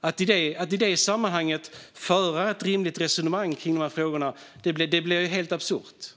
Att i det sammanhanget föra ett rimligt resonemang kring dessa frågor blir helt absurt.